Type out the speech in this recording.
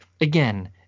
Again